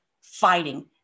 fighting